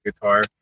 Guitar